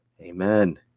Amen